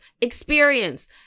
Experience